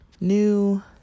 new